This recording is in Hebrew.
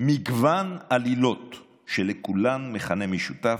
מגוון עלילות שלכולן מכנה משותף: